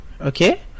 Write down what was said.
Okay